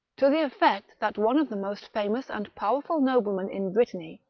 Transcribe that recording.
to the effect that one of the most famous and powerful noblemen in brittany,